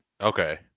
okay